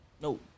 No